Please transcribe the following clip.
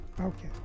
Okay